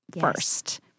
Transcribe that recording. first